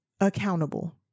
accountable